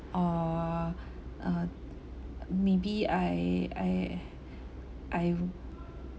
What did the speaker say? err uh maybe I I I